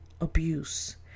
abuse